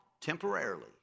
temporarily